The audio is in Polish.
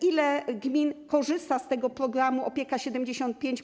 Ile gmin korzysta z programu „Opieka 75+”